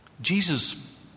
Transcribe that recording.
Jesus